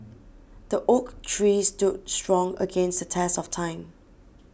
the oak tree stood strong against the test of time